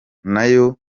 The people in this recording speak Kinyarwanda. nayo